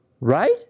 Right